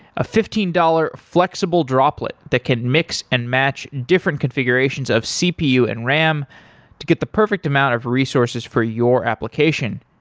a fifteen dollars flexible droplet that can mix and match different configurations of cpu and ram to get the perfect amount of resources for your application.